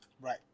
Right